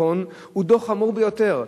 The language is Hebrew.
הוא דוח חמור ביותר,